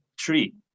three